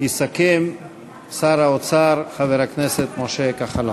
יסכם שר האוצר חבר הכנסת משה כחלון.